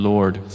Lord